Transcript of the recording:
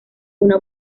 una